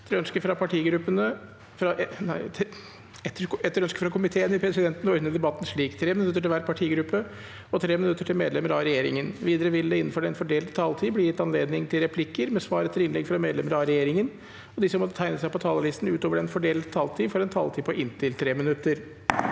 Etter ønske fra finanskomi- teen vil presidenten ordne debatten slik: 3 minutter til hver partigruppe og 3 minutter til medlemmer av regjeringen. Videre vil det – innenfor den fordelte taletid – bli gitt anledning til replikker med svar etter innlegg fra medlemmer av regjeringen, og de som måtte tegne seg på talerlisten utover den fordelte taletid, får også en taletid på inntil 3 minutter.